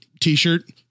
T-shirt